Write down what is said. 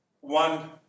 One